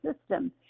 system